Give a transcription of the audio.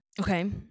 Okay